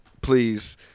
please